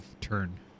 turn